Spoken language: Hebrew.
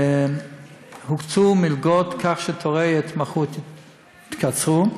הוקצו מלגות כך שתורי ההתמחות התקצרו.